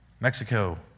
Mexico